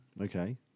okay